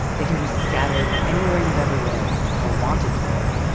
they can be scattered anywhere you've ever lived or wanted to live.